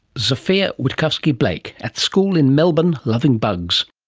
zofia witkowski-blake at school in melbourne, loving bugs